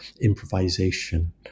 improvisation